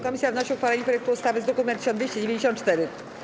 Komisja wnosi o uchwalenie projektu ustawy z druku nr 1294.